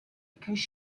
because